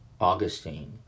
Augustine